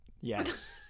yes